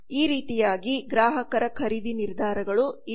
ಈ ರೀತಿಯಾಗಿ ಗ್ರಾಹಕರ ಖರೀದಿ ನಿರ್ಧಾರಗಳು ಇವೆ